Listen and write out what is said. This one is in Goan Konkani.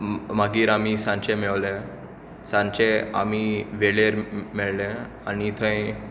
मागीर आमी सांजचे मेळ्ळें सांजचे आमी वेळेर मेळ्ळें आनी थंय